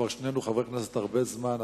שנינו כבר חברי כנסת הרבה זמן,